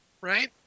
Right